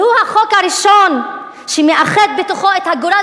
והוא החוק הראשון שמאחד בתוכו את הגורל